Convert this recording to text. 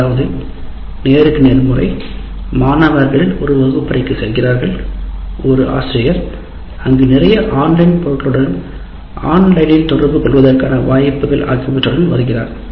அதாவது நேருக்கு நேர் முறை மாணவர்கள் ஒரு வகுப்பறைக்குச் செல்கிறார்கள் ஒரு ஆசிரியர் அங்கு நிறைய ஆன்லைன் பொருட்களுடன் ஆன்லைனில் தொடர்பு கொள்வதற்கான வாய்ப்புகள் ஆகியவற்றுடன் வருகிறார்